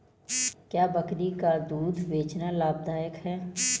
क्या बकरी का दूध बेचना लाभदायक है?